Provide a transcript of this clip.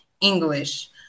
English